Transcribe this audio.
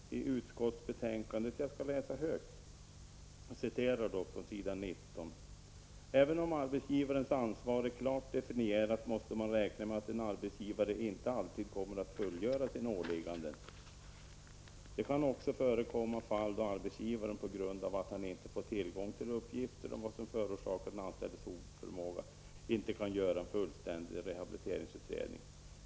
I utskottsbetänkandet står det bl.a. följande på s. 19: ''Även om arbetsgivarens ansvar är klart definierat måste man räkna med att en arbetsgivare inte alltid kommer att fullgöra sina åligganden. Det kan också förekomma fall då arbetsgivaren, t.ex. på grund av att han inte får tillgång till uppgifter om vad som förorsakar den anställdes arbetsoförmåga, inte kan göra en fullständig rehabiliteringsutredning.